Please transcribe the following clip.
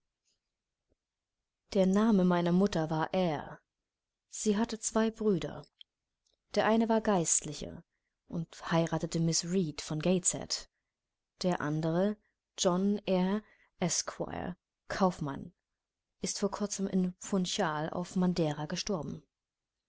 der name meiner mutter war eyre sie hatte zwei brüder der eine war geistlicher und heiratete miß reed von gateshead der andere john eyre esq kaufmann ist vor kurzem in funchal auf madeira gestorben